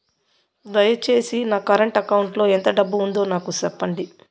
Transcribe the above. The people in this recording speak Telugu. దయచేసి నా కరెంట్ అకౌంట్ లో ఎంత డబ్బు ఉందో నాకు సెప్పండి